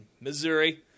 missouri